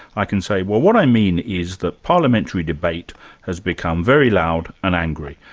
i can say, well what i mean is that parliamentary debate has become very loud and angry.